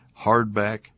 hardback